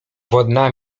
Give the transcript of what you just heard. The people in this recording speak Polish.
wodna